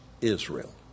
Israel